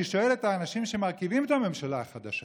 אני שואל את האנשים שמרכיבים את הממשלה החדשה: